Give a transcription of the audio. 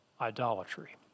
idolatry